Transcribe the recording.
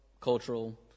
cultural